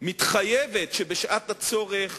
מתחייבת שבשעת הצורך